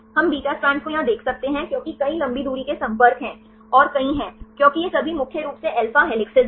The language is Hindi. हम बीटा स्ट्रैंड को यहां देख सकते हैं क्योंकि कई लंबी दूरी के संपर्क हैं और कई हैं क्योंकि ये सभी मुख्य रूप से अल्फा हेलिसेस हैं